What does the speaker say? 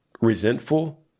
resentful